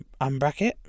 unbracket